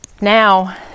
now